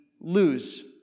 lose